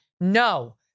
no